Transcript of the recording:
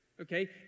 Okay